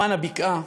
למען הבקעה,